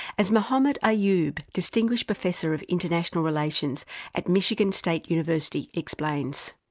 as mohammed ahyoob, distinguished professor of international relations at michigan state university explains.